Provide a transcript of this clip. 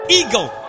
eagle